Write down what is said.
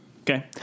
okay